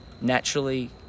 naturally